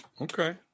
Okay